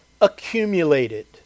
accumulated